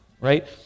right